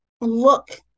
look